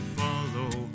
follow